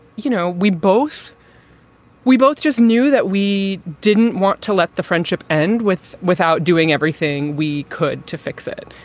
you know, we both we both just knew that we didn't want to let the friendship end with without doing everything we could to fix it.